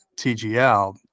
tgl